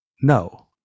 no